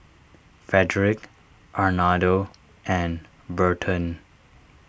Frederic Arnoldo and Burton